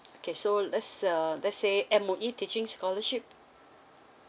okay so let's uh let's say M_O_E teaching scholarship